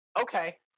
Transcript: Okay